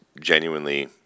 genuinely